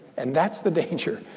and that's the danger.